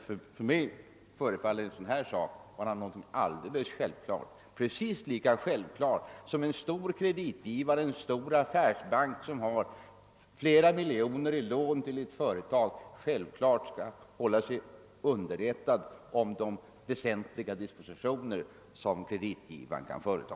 För mig är det alldeles självklart med sådana kontakter, lika självklart som att en affärsbank som beviljar flera miljoner kronor i lån till ett företag håller sig underrättad om de väsentliga dispositioner som låntagaren kan vidta.